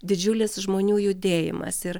didžiulis žmonių judėjimas ir